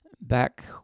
back